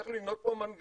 צריך לבנות פה מנגנון,